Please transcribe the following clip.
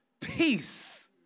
Peace